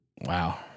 Wow